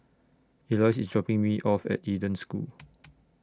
Elois IS dropping Me off At Eden School